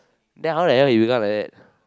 then how the hell you become like that